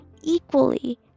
equally